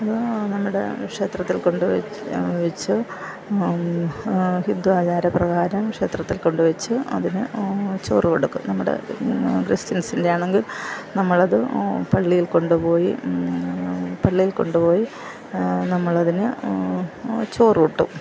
അത് നമ്മുടെ ക്ഷേത്രത്തിൽ കൊണ്ട് വെച്ചു ഹിന്ദു ആചാരപ്രകാരം ക്ഷേത്രത്തിൽ കൊണ്ട് വെച്ച് അതിന് ചോറ് കൊടുക്കും നമ്മുടെ ക്രിസ്ത്യൻസിൻ്റെ ആണെങ്കിൽ നമ്മളത് പള്ളിയിൽ കൊണ്ടുപോയി പള്ളിയിൽ കൊണ്ടുപോയി നമ്മളതിന് ചോറൂട്ടും